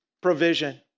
provision